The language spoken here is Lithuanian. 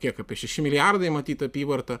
kiek apie šeši milijardai matyt apyvarta